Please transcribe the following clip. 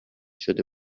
شده